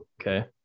okay